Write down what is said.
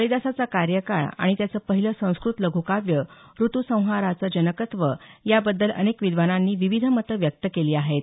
कालिदासाचा कार्यकाळ आणि त्याचं पहिलं संस्कृत लघ्काव्य ऋतुसंहाराचं जनकत्व याबद्दल अनेक विद्वानांनी विविध मतं व्यक्त केली आहेत